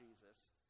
Jesus